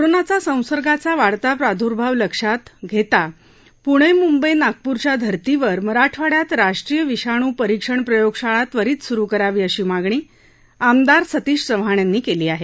कोरोनाचा संसर्गाचा वाढता प्रादर्भाव लक्षात प्णे मूंबई नागपूरच्या धर्तीवर मराठवाड़यात राष्ट्रीय विषाण परीक्षण प्रयोगशाळा त्वरीत सुरू करावी अशी मागणी आमदार सतीश चव्हाण यांनी केली आहे